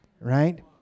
right